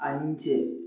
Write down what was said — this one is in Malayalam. അഞ്ച്